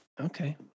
Okay